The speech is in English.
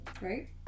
Right